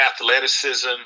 athleticism